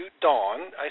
Dawn